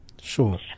Sure